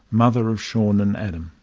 mother of sean and adam.